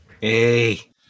Hey